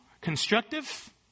constructive